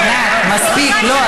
ענת, מספיק, לא.